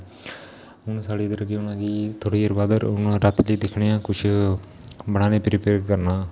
हून साढ़े इद्धर केह् होना कि थोह्ड़े चिर बाद हून राती लेई दिक्खने हा कुछ बनाना प्रीपेयर करना